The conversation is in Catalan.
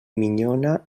minyona